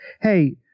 hey